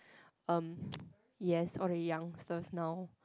erm yes all the youngsters now